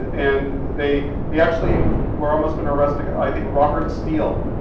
and they they actually were almost gonna arrest and i think robert steele,